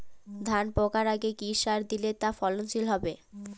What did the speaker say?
ধান পাকার আগে কি সার দিলে তা ফলনশীল হবে?